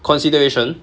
consideration